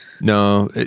No